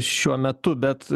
šiuo metu bet